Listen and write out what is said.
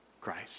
Christ